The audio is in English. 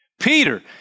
Peter